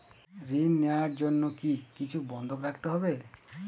ঋণ নেওয়ার জন্য কি কিছু বন্ধক রাখতে হবে?